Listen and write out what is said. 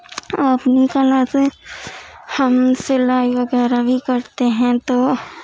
ہم اپنی کلا پہ ہم سلائی وغیرہ بھی کرتے ہیں تو